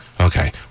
Okay